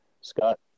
Scott